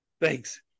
Thanks